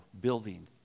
building